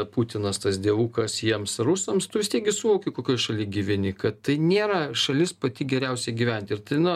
putinas tas dievukas jiems rusams tu vis tiek gi suvoki kokioj šaly gyveni kad tai nėra šalis pati geriausia gyventi ir tai na